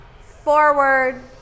Forward